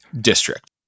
district